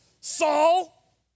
Saul